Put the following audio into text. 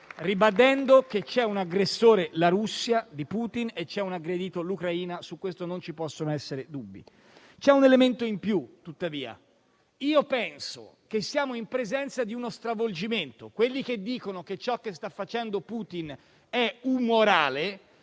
ribadendo che c'è un aggressore, la Russia di Putin, e c'è un aggredito, l'Ucraina. Su questo non ci possono essere dubbi. C'è un elemento in più, tuttavia; io penso che siamo in presenza di uno stravolgimento. Quelli che dicono che ciò che sta facendo Putin è umorale